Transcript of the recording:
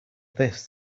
this